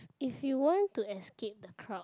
if you want to escape the crowd